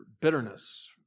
bitterness